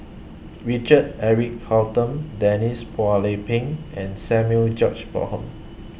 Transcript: Richard Eric Holttum Denise Phua Lay Peng and Samuel George Bonham